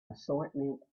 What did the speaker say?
assortment